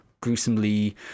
gruesomely